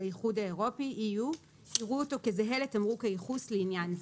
האיחוד האירופי (EU) יראו אותו כזהה לתמרוק הייחוס לעניין זה,